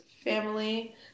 family